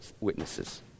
witnesses